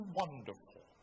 wonderful